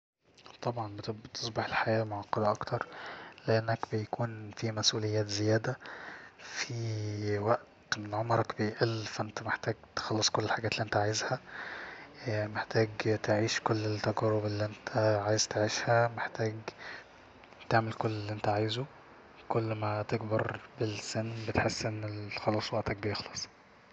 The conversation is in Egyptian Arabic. طبعا بتصبح الحياة معقدة اكتر لانك بيكون في مسؤوليات زيادة في وقت من عمرك بيقل ف انت محتاج تخلص كل الحاجات اللي انت عايزها محتاج تعيش كل التجارب اللي انت عايزها محتاج تعمل كل اللي انت عايزه كل اما تكبر بالسن بتحس أن ال خلاص وقتك بيخلص